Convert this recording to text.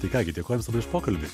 tai ką gi dėkoju jums tada už pokalbį